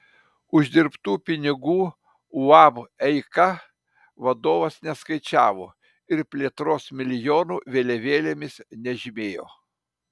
uždirbtų pinigų uab eika vadovas neskaičiavo ir plėtros milijonų vėliavėlėmis nežymėjo